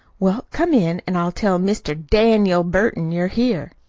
well, come in, an' i'll tell mr. daniel burton you're here.